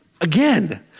again